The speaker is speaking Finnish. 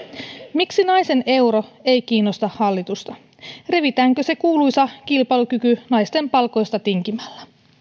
miksi naisen euro ei kiinnosta hallitusta revitäänkö se kuuluisa kilpailukyky naisten palkoista tinkimällä